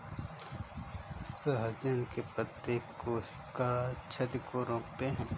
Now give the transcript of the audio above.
सहजन के पत्ते कोशिका क्षति को रोकते हैं